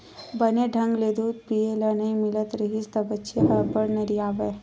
बने ढंग ले दूद पिए ल नइ मिलत रिहिस त बछिया ह अब्बड़ नरियावय